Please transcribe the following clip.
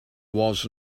was